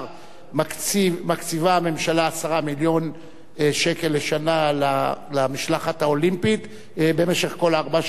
מקציבה הממשלה 10 מיליון שקל לשנה למשלחת האולימפית במשך כל ארבע שנים,